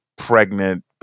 Pregnant